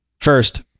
First